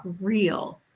real